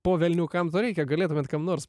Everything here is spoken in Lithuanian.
po velnių kam to reikia galėtumėt kam nors